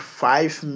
five